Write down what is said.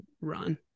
run